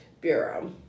Bureau